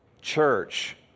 Church